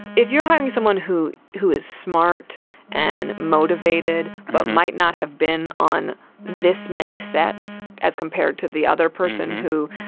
if you're hiring someone who who is smart and motivated but might not have been on this many sets, as compared to the other person who,